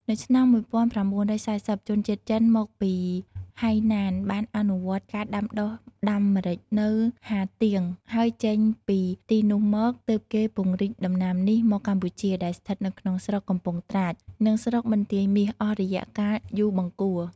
នៅឆ្នាំ១៩៤០ ជនជាតិចិនមកពីហៃណាន បានអនុវត្តការដាំដុះដាំម្រេចនៅ ហាទៀង ហើយចេញពីទីនោះមក ទើបគេពង្រីកដំណាំនេះមកកម្ពុជា ដែលស្ថិតនៅក្នុងស្រុក កំពង់ត្រាច និងស្រុកបន្ទាយមាស អស់រយៈកាលយូរបង្គួរ។